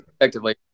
effectively